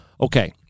Okay